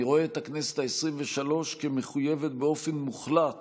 אני רואה את הכנסת העשרים-ושלוש כמחויבת באופן מוחלט